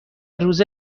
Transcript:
روز